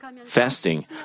Fasting